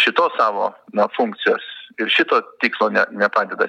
šitos savo na funkcijos ir šito tikslo nepadeda